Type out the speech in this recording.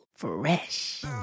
Fresh